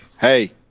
Hey